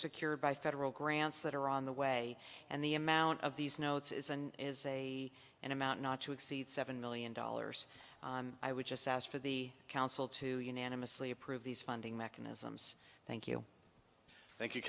secured by federal grants that are on the way and the amount of these notes is and is a an amount not to exceed seven million dollars i would just ask for the council to unanimously approve these funding mechanisms thank you thank you